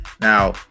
Now